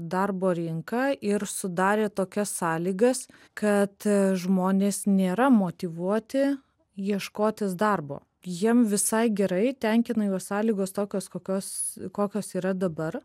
darbo rinką ir sudarė tokias sąlygas kad žmonės nėra motyvuoti ieškotis darbo jiem visai gerai tenkina juos sąlygos tokios kokios kokios yra dabar